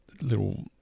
little